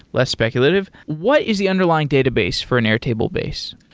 less speculative, what is the underlying database for an airtable base?